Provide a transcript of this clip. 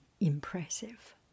impressive